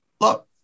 Look